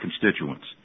constituents